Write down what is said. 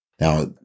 Now